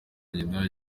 nyina